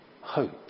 hope